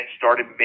started